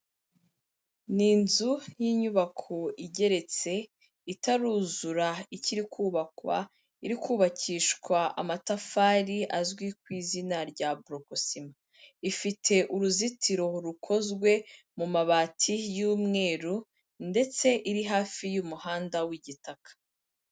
Ni inzu y'inyubako igeretse, itaruzura ikiri kubakwa, iri kubakishwa amatafari azwi ku izina rya boroko sima. Ifite uruzitiro rukozwe mu mabati y'umweru ndetse iri hafi y'umuhanda w'igitaka.